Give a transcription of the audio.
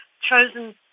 Chosen